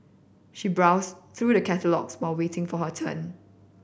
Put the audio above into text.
she browsed through the catalogues while waiting for her turn